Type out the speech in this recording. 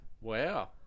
Wow